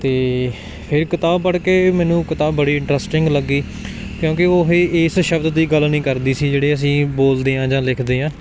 ਅਤੇ ਇਹ ਕਿਤਾਬ ਪੜ੍ਹ ਕੇ ਮੈਨੂੰ ਕਿਤਾਬ ਬੜੀ ਇੰਟਰਸਟਿੰਗ ਲੱਗੀ ਕਿਉਂਕਿ ਓਹੀ ਇਸ ਸ਼ਬਦ ਦੀ ਗੱਲ ਨਹੀਂ ਕਰਦੀ ਸੀ ਜਿਹੜੀ ਅਸੀਂ ਬੋਲਦੇ ਹਾਂ ਜਾਂ ਲਿਖਦੇ ਹਾਂ